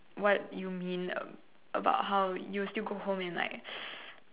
what you mean of ab~ about how you still go home and like